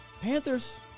Panthers